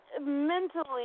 Mentally